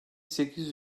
sekiz